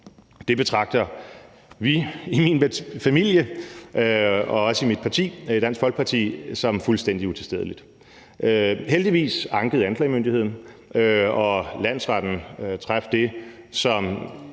Det betragter vi i min familie og også i mit parti, Dansk Folkeparti, som fuldstændig utilstedeligt. Heldigvis ankede anklagemyndigheden, og landsretten traf den